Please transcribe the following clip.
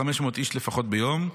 500 איש לפחות ביום,